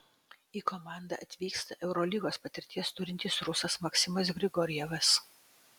į komandą atvyksta eurolygos patirties turintis rusas maksimas grigorjevas